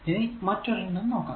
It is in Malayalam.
ഇനി മറ്റൊരെണ്ണം നോക്കാം